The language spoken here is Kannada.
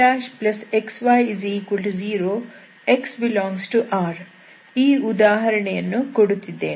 ನಾನು yxy0 x∈R ಈ ಉದಾಹರಣೆಯನ್ನು ಕೊಡುತ್ತಿದ್ದೇನೆ